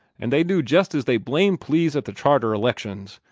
and they do jest as they blamed please at the charter elections.